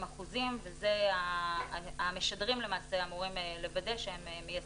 האחוזים ואת זה המשדרים למעשה אמורים לוודא שהם מיישמים.